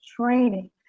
training